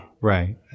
Right